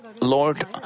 Lord